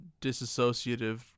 disassociative